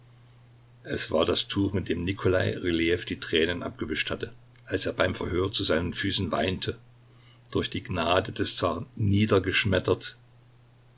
es war das tuch mit dem nikolai rylejew die tränen abgewischt hatte als er beim verhör zu seinen füßen weinte durch die gnade des zaren